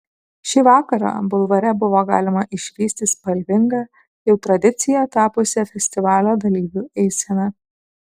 šį vakarą bulvare buvo galima išvysti spalvingą jau tradicija tapusią festivalio dalyvių eiseną